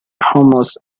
hummus